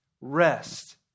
rest